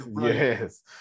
Yes